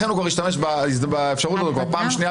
הוא השתמש בסעיף הזה כבר פעם שנייה